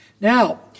Now